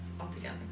altogether